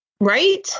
right